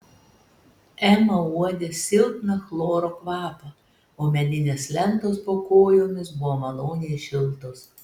ema uodė silpną chloro kvapą o medinės lentos po kojomis buvo maloniai šiltos